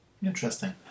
Interesting